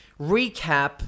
Recap